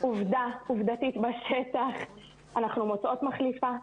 עובדתית בשטח אנחנו מוצאות מחליפה.